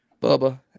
Bubba